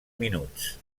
minuts